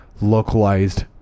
localized